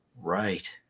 Right